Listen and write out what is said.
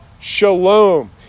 shalom